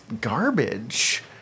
garbage